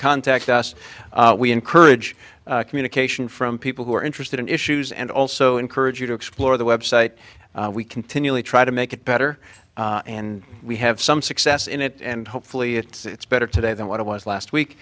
contact us we encourage communication from people who are interested in issues and also encourage you to explore the website we continually try to make it better and we have some success in it and hopefully it's better today than what it was last week